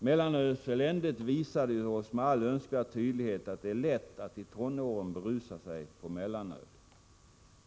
Mellanölseländet visade med all önskvärd tydlighet att det är lätt att i tonåren berusa sig på mellanöl.